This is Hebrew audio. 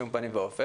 בשום פנים ואופן,